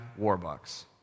Warbucks